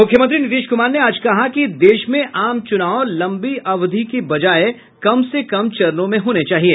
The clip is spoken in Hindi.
मुख्यमंत्री नीतीश कुमार ने आज कहा कि देश में आम चुनाव लंबी अवधि के बजाए कम से कम चरणों में होने चाहिए